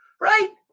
right